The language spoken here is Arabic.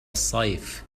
الصيف